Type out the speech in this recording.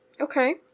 Okay